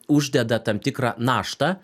uždeda tam tikrą naštą